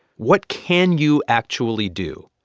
what can you actually do?